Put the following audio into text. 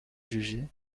jugée